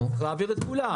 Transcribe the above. צריך להעביר את כולם.